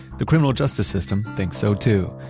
the criminal justice system thinks so too.